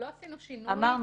לא עשינו שינוי בעבירות שמנויות.